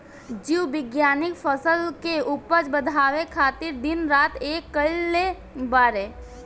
जीव विज्ञानिक फसल के उपज बढ़ावे खातिर दिन रात एक कईले बाड़े